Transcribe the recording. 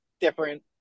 different